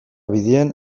bidean